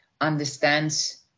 understands